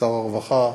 שר הרווחה,